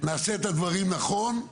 נעשה את הדברים נכון,